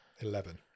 Eleven